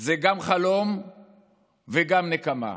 זה גם חלום וגם נקמה.